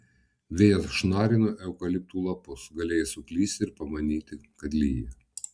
vėjas šnarino eukaliptų lapus galėjai suklysti ir pamanyti kad lyja